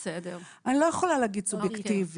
אני לא יכולה להגיד סובייקטיבי.